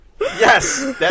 Yes